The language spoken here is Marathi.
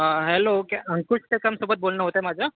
हॅलो कॅ अंकुश कदमसोबत बोलण होतंय माझं